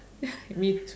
me too